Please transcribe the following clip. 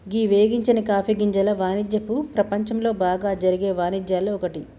గీ వేగించని కాఫీ గింజల వానిజ్యపు ప్రపంచంలో బాగా జరిగే వానిజ్యాల్లో ఒక్కటి